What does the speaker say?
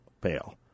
bail